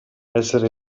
essere